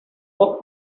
work